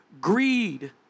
greed